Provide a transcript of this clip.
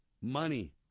money